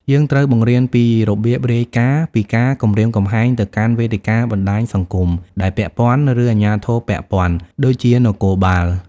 យើងត្រូវ បង្រៀនពីរបៀបរាយការណ៍ ពីការគំរាមកំហែងទៅកាន់វេទិកាបណ្ដាញសង្គមដែលពាក់ព័ន្ធ ឬអាជ្ញាធរពាក់ព័ន្ធ ដូចជានគរបាល។